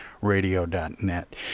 radio.net